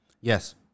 Yes